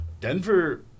Denver